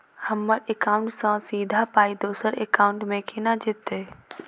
हम्मर एकाउन्ट सँ सीधा पाई दोसर एकाउंट मे केना जेतय?